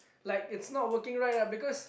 like it's not working right lah because